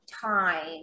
time